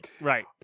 Right